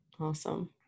Awesome